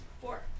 four